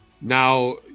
Now